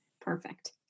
Perfect